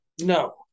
No